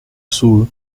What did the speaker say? sur